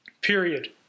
Period